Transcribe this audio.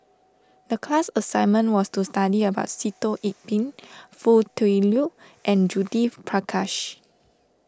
the class assignment was to study about Sitoh Yih Pin Foo Tui Liew and Judith Prakash